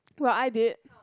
what I did